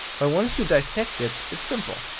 but once you disect it, it's simple.